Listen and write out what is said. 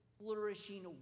flourishing